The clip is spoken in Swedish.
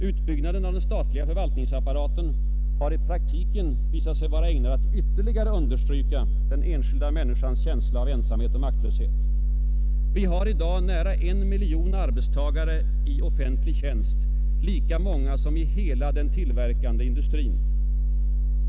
Utbyggnaden av den statliga förvaltningsapparaten har i praktiken visat sig vara ägnad att ytterligare understryka den enskilda människans känsla av ensamhet och maktlöshet. Vi har i dag nära en miljon arbetstagare i offentlig tjänst, lika många som i den tillverkande industrin.